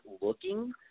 looking